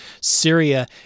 Syria